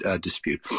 Dispute